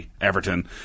Everton